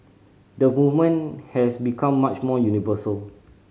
the movement has become much more universal